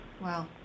Wow